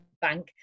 bank